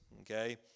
Okay